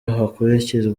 hakurikizwa